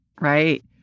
Right